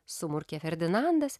sumurkė ferdinandas